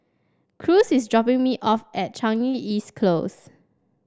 Cruz is dropping me off at Changi East Close